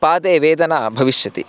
पादे वेदना भविष्यति